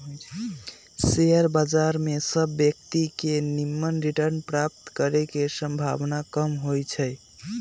share बजार में सभ व्यक्तिय के निम्मन रिटर्न प्राप्त करे के संभावना कम होइ छइ